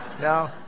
No